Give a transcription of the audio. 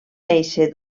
néixer